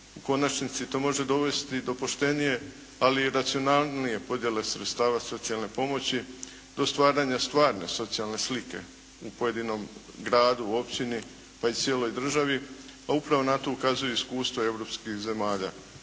U konačnici to može dovesti do poštenije, ali i racionalnije podjele sredstava socijalne pomoći do stvaranja stvarne socijalne slike u pojedinom gradu, općini, pa i cijeloj državi, a upravo na to ukazuju iskustva europskih zemalja.